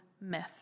myth